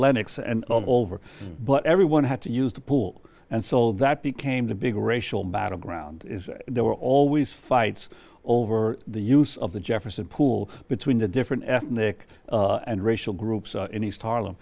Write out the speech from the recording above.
lenin and over but everyone had to use the pool and so that became the big racial battleground there were always fights over the use of the jefferson pool between the different ethnic and racial groups in east harlem